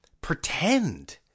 pretend